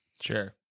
Sure